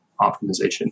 optimization